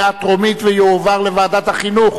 מוקדם בוועדת החינוך,